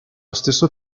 stesso